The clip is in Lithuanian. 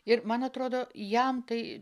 ir man atrodo jam tai